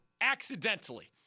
accidentally